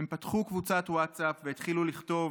הם פתחו קבוצת ווטסאפ והתחילו לכתוב: